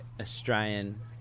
Australian